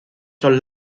son